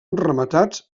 rematats